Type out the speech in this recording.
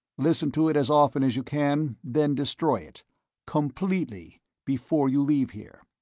listen to it as often as you can, then destroy it completely before you leave here.